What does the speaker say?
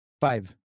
Five